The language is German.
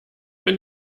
wenn